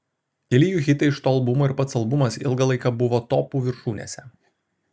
keli jų hitai iš to albumo ir pats albumas ilgą laiką buvo topų viršūnėse